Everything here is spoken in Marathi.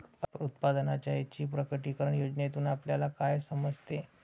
उत्पन्नाच्या ऐच्छिक प्रकटीकरण योजनेतून आपल्याला काय समजते?